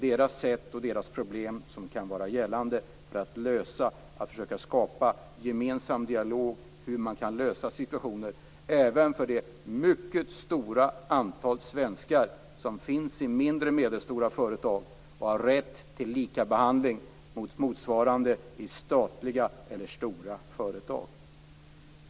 Deras sätt och deras problem kan vara gällande när det gäller att försöka skapa en gemensam dialog om hur situationer kan lösas även för det mycket stora antal svenskar som finns i mindre och medelstora företag och som har rätt till likabehandling motsvarande vad som gäller i statliga eller stora företag.